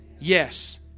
yes